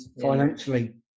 financially